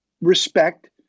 respect